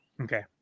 Okay